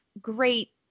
great